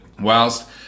whilst